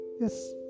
Yes